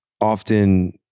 often